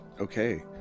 Okay